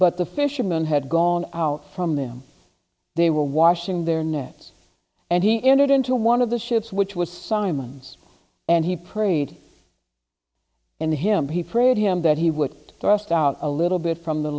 but the fisherman had gone out from them they were washing their nets and he entered into one of the ships which was simon's and he prayed in him he prayed him that he would rust out a little bit from the